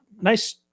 Nice